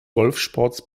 golfsports